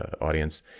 audience